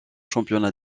championnat